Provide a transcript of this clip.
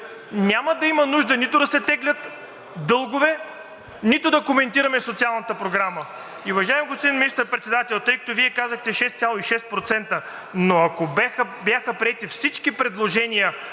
няма да има нужда нито да се теглят дългове, нито да коментираме социалната програма! Уважаеми господин Министър-председател, тъй като Вие казахте – 6,6%, но ако бяха приети всички предложения,